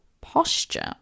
posture